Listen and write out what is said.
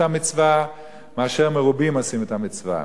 המצווה מאשר מרובים עושים את המצווה.